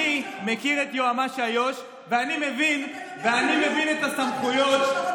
אני מכיר את יועמ"ש איו"ש, ואני מבין, אתה יודע,